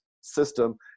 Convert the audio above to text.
system